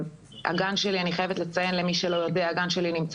אני חייבת לציין למי שלא יודע שהגן שלי נמצא